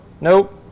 Nope